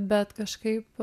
bet kažkaip